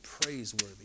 praiseworthy